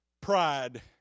pride